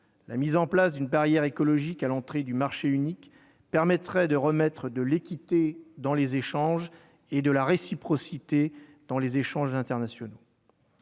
La mise en place d'une barrière écologique à l'entrée du marché unique permettrait de remettre de l'équité et de la réciprocité dans les échanges internationaux.